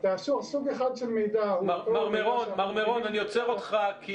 כאשר סוג אחד של מידע הוא --- אני עוצר אותך כי